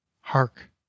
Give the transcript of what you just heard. hark